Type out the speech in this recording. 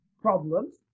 problems